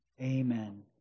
Amen